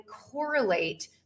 correlate